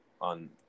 on